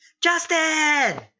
Justin